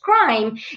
crime